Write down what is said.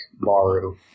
Baru